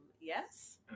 Yes